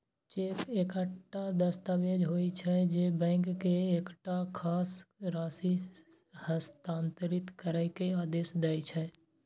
cheque एकटा दस्तावेज होइ छै, जे बैंक के एकटा खास राशि हस्तांतरित करै के आदेश दै छै